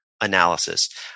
analysis